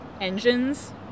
engines